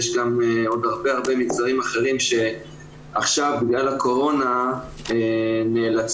יש עוד הרבה מגזרים אחרים שעכשיו בגלל הקורונה נאלצים